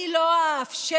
אני לא אאפשר.